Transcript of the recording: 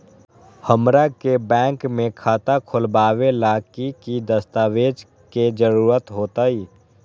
हमरा के बैंक में खाता खोलबाबे ला की की दस्तावेज के जरूरत होतई?